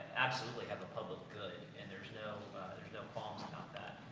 absolutely have a public good, and there's no, there's no qualms about that.